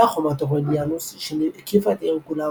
חומת אורליאנוס שהקיפה את העיר כולה,